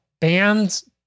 bands